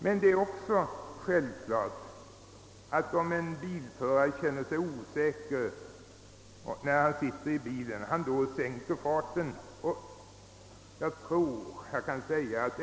Men det är också självklart att en bilförare, om han känner sig osäker när han sitter i bilen, sänker farten.